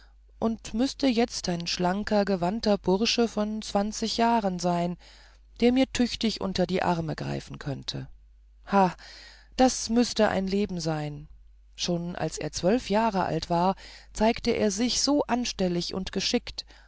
und müßte jetzt ein schlanker gewandter bursche von zwanzig jahren sein der mir tüchtig unter die arme greifen könnte ha das müßte ein leben sein schon als er zwölf jahre alt war zeigte er sich so anstellig und geschickt